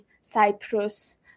Cyprus